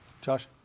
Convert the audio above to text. Josh